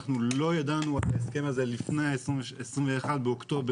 שאנחנו לא ידענו על ההסכם הזה לפני ה-21 באוקטובר,